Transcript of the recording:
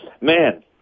man